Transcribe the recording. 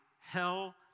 hell